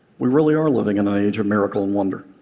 we really are living in an age of miracle and wonder.